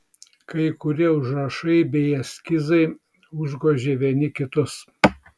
kai kurie užrašai bei eskizai užgožė vieni kitus